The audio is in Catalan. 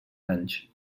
anys